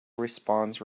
respawns